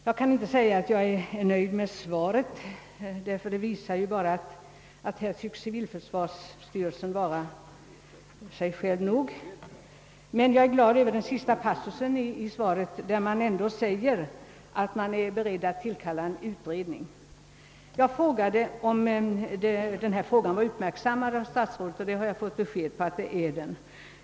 Jag kan inte påstå att jag är nöjd med svaret, ty det visar bara att civilförsvarsstyrelsen i detta fall varit sig själv nog. Jag är dock glad över den sista passusen, där det ändå sägs att man är beredd att tillkalla en utredning. Jag frågade om statsrådet uppmärksammat civilförsvarsstyrelsens tolkning av ifrågavarande bestämmelser och har nu fått beskedet att så är fallet.